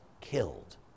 killed